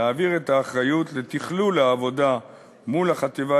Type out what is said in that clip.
להעביר את האחריות לתכלול העבודה מול החטיבה